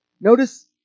Notice